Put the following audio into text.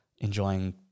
enjoying